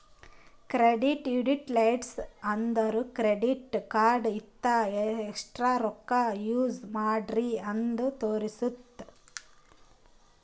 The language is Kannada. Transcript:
ಕ್ರೆಡಿಟ್ ಯುಟಿಲೈಜ್ಡ್ ಅಂದುರ್ ಕ್ರೆಡಿಟ್ ಕಾರ್ಡ ಇಂದ ಎಸ್ಟ್ ರೊಕ್ಕಾ ಯೂಸ್ ಮಾಡ್ರಿ ಅಂತ್ ತೋರುಸ್ತುದ್